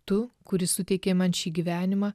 tu kuris suteikei man šį gyvenimą